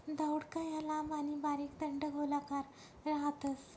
दौडका या लांब आणि बारीक दंडगोलाकार राहतस